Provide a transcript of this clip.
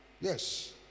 Yes